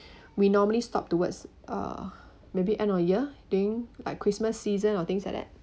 we normally stop towards uh maybe end of year during like christmas season or things like that